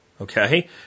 Okay